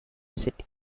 city